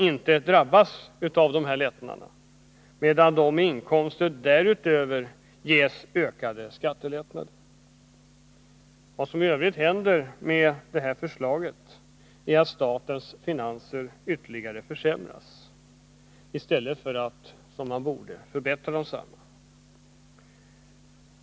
inte får del av dessa lättnader, medan de med inkomster över denna summa ges ökade skattelättnader. Vad som i övrigt händer till följd av detta förslag är att statens finanser ytterligare försämras, i stället för att förbättras, vilket borde ske.